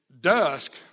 dusk